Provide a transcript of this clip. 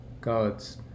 God's